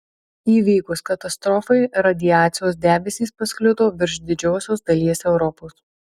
įvykus katastrofai radiacijos debesys pasklido virš didžiosios dalies europos